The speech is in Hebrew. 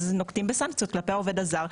אז נוקטים בסנקציות כלפי העובד הזר.